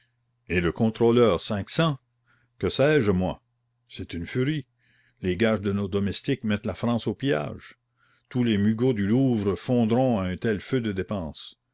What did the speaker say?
et le contrôleur cinq cents que sais-je moi c'est une furie les gages de nos domestiques mettent la france au pillage tous les mugots du louvre fondront à un tel feu de dépense